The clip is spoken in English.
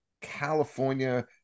california